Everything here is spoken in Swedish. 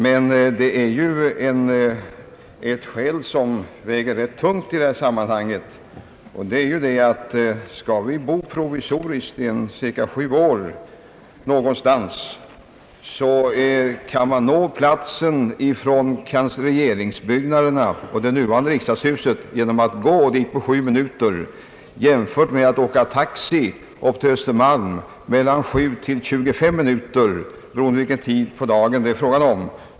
Men jag vill påpeka en sak som väger rätt tungt i det här sammanhanget: Om riksdagen skall inkvarteras provisoriskt i cirka sju år är det väsentligt att man från regeringsbyggnaderna och det nuvarande riksdagshuset kan nå platsen genom att gå dit på sju minuter i stället för att åka taxi till Östermalm i mellan 7 och 25 minuter — beroende på vilken tid på dagen det är fråga om.